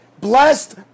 Blessed